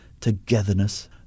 togetherness